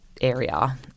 area